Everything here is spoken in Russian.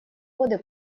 годы